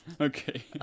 Okay